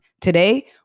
Today